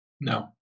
No